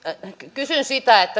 kysyn sitä